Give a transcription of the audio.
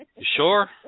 Sure